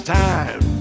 time